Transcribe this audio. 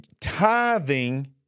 tithing